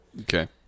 Okay